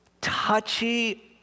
touchy